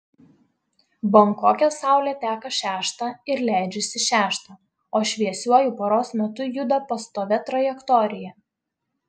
bankoke saulė teka šeštą ir leidžiasi šeštą o šviesiuoju paros metu juda pastovia trajektorija